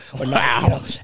Wow